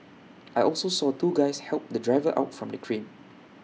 I also saw two guys help the driver out from the crane